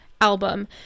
Album